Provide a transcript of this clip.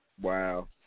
Wow